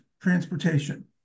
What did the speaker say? Transportation